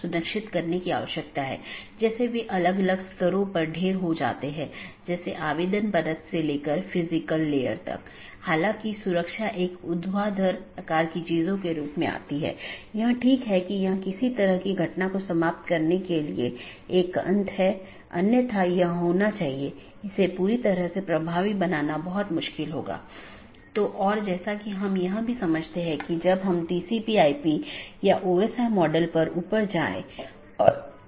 यदि आप पिछले लेक्चरों को याद करें तो हमने दो चीजों पर चर्चा की थी एक इंटीरियर राउटिंग प्रोटोकॉल जो ऑटॉनमस सिस्टमों के भीतर हैं और दूसरा बाहरी राउटिंग प्रोटोकॉल जो दो या उससे अधिक ऑटॉनमस सिस्टमो के बीच है